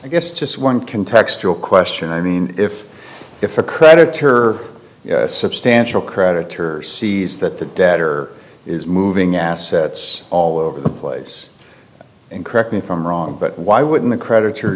i guess just one can textural question i mean if if a credit to her substantial creditor sees that the debtor is moving assets all over the place and correct me if i'm wrong but why wouldn't the credit